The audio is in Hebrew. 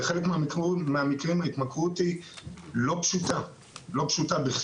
בחלק מהמקרים ההתמכרות היא לא פשוטה בכלל.